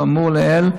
כאמור לעיל,